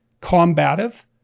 combative